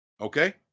okay